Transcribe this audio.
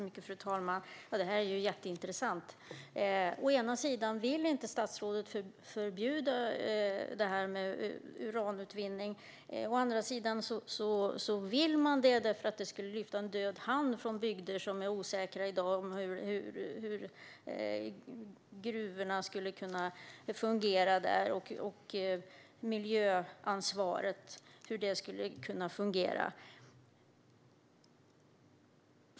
Fru talman! Det här är jätteintressant. Å ena sidan vill statsrådet inte förbjuda uranutvinning. Å andra sidan vill hon det, för det skulle lyfta en död hand från bygder som i dag är osäkra på hur gruvorna och miljöansvaret skulle kunna fungera där.